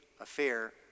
affair